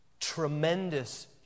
Tremendous